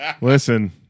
listen